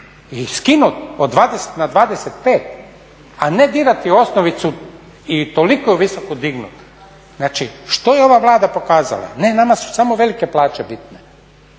i skinut od 20 a 25 a ne dirati osnovicu i toliko visoko dignut. Znači što je ova Vlada pokazala, ne nama su samo velike plaće bitne.